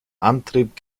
antrieb